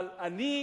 אבל אני חייב,